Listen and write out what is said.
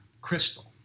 crystal